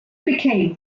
became